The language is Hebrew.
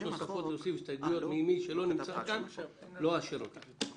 להוסיף הסתייגויות נוספות ממי שלא נמצא כאן לא אאשר זאת.